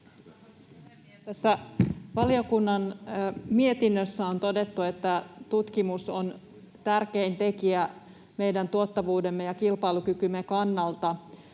valiokunnan mietinnössä on todettu, että tutkimus on tärkein tekijä meidän tuottavuutemme ja kilpailukykymme kannalta.